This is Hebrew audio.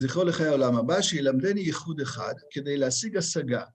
זכרו לחיי העולם הבא, שילמדני ייחוד אחד כדי להשיג השגה.